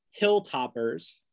Hilltoppers